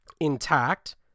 intact